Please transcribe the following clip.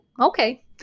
Okay